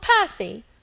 Percy